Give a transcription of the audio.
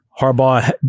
Harbaugh